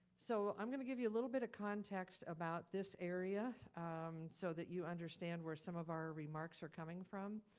so i'm gonna give you a little bit of context about this area so that you understand where some of our remarks are coming from.